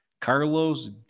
Carlos